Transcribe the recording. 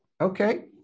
Okay